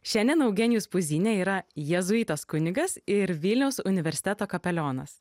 šiandien eugenijus puzynė yra jėzuitas kunigas ir vilniaus universiteto kapelionas